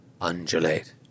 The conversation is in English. undulate